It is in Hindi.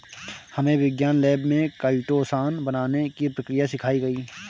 हमे विज्ञान लैब में काइटोसान बनाने की प्रक्रिया सिखाई गई